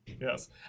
Yes